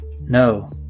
No